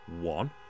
One